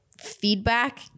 feedback